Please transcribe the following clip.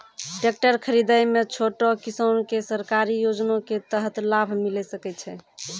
Tractor खरीदै मे छोटो किसान के सरकारी योजना के तहत लाभ मिलै सकै छै?